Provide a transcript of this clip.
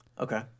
Okay